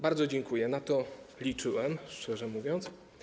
Bardzo dziękuję, na to liczyłem, szczerze mówiąc.